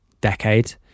decade